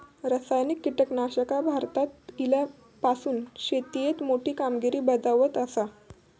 रासायनिक कीटकनाशका भारतात इल्यापासून शेतीएत मोठी कामगिरी बजावत आसा